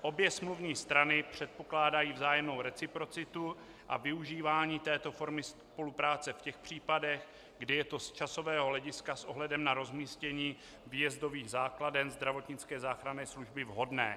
Obě smluvní strany předpokládají vzájemnou reciprocitu a využívání této formy spolupráce v těch případech, kdy je to z časového hlediska s ohledem na rozmístění výjezdových základen zdravotnické záchranné služby vhodné.